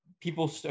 people